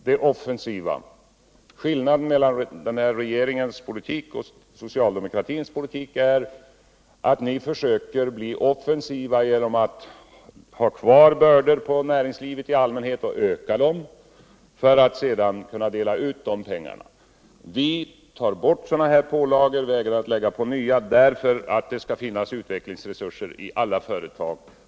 Herr talman! Skillnaden mellan denna regerings politik och socialdemokraternas politik är att ni försöker bli offensiva genom att ha kvar och öka bördorna på näringslivet i allmänhet för att sedan kunna dela ut de pengarna. Vi tar bort pålagor och vägrar att lägga på nya därför att det skall finnas utvecklingsresurser i alla företag.